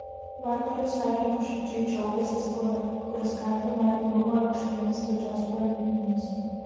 vagnorius sakė nuoširdžiai džiaugiąsis spauda kuri skatina reiklumą aukštiems valdžios pareigūnams